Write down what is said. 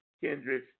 kindred